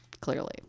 Clearly